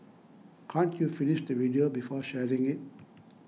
can't you finish the video before sharing it